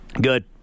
Good